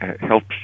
helps